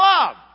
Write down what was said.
love